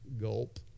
gulp